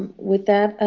with that,